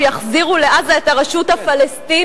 שיחזירו לעזה את הרשות הפלסטינית,